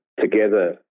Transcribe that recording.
together